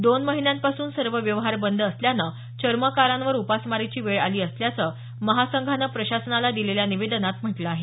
दोन महिन्यांपासून सर्व व्यवहार बंद असल्यानं चर्मकारांवर उपासमारीची वेळ आली असल्याचं महासंघानं प्रशासनाला दिलेल्या निवेदनात म्हटलं आहे